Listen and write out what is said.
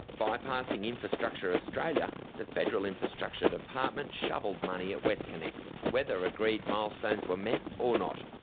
bypassing infrastructure australia, the federal infrastructure department shovelled money at westconnex, whether agreed milestones were met or not.